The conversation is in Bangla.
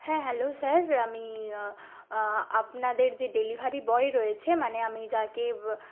হ্যাঁ হ্যালো স্যার আমি আপনাদের যে ডেলিভারি বয় রয়েছে মানে আমি যাকে